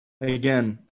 again